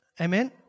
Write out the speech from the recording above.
Amen